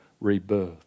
rebirth